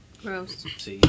Gross